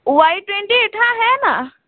Y twenty eight हाँ है न